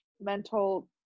mental